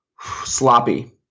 sloppy